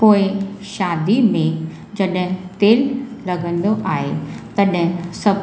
पोइ शादी में जॾहिं तेल लॻंदो आहे तॾहिं सभु